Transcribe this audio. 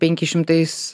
penki šimtais